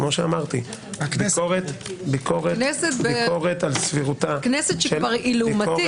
כאמור ביקורת על סבירותה- -- כנסת שכבר היא לעומתית.